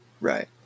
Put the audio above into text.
Right